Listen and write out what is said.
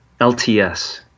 LTS